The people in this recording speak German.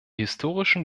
historischen